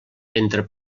entre